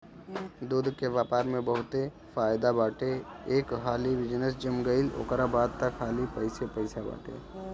दूध के व्यापार में बहुते फायदा बाटे एक हाली बिजनेस जम गईल ओकरा बाद तअ खाली पइसे पइसे बाटे